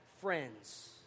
friends